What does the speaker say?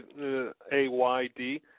A-Y-D